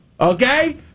okay